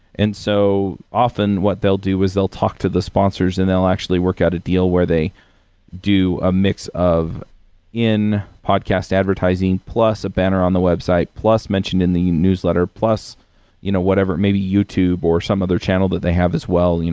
and so, often, what they'll do is they'll talk to the sponsors and they'll actually work out a deal where they do a mix of in-podcast advertising plus a banner on the website, plus mention in the newsletter, plus you know whatever, maybe youtube or some other channel that they have as well,